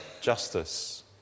justice